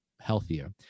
Healthier